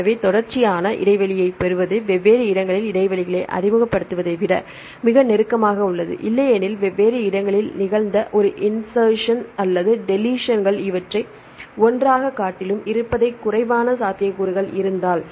எனவே தொடர்ச்சியான இடைவெளியைப் பெறுவது வெவ்வேறு இடங்களில் இடைவெளிகளை அறிமுகப்படுத்துவதை விட மிக நெருக்கமாக உள்ளது இல்லையெனில் வெவ்வேறு இடங்களில் நிகழ்ந்த உங்கள் இன்செர்ஸ்சன் அல்லது டெலிஷன்கள் இவற்றை ஒன்றாக காட்டிலும் இருப்பதைக் குறைவான சாத்தியக்கூறுகள் இருந்தால்